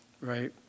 right